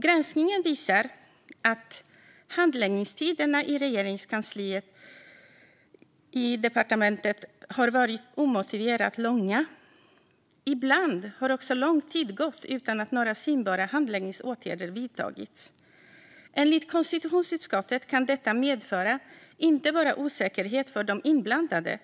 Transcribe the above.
Granskningen visar att handläggningstiderna i Regeringskansliet och departementet har varit omotiverat långa. Ibland har också lång tid gått utan att några synbara handläggningsåtgärder vidtagits. Enligt konstitutionsutskottet kan detta medföra inte bara osäkerhet för de inblandade